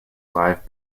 live